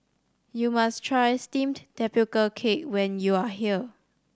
you must try steamed tapioca cake when you are here